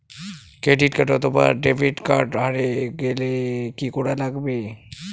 Credit card অথবা debit card হারে গেলে কি করা লাগবে?